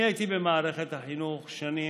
אני הייתי במערכת החינוך שנים.